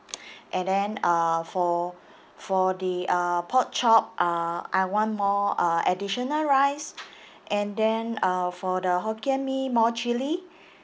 and then uh for for the uh pork chop uh I want more uh additional rice and then uh for the hokkien mee more chili